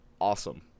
awesome